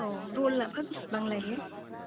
औ रला फा बिसिबां लायो